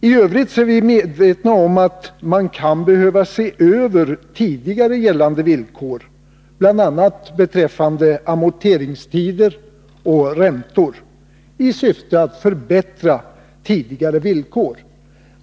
I övrigt är vi medvetna om att man kan behöva se över tidigare gällande villkor, bl.a. beträffande amorteringstider och räntor, i syfte att förbättra dem.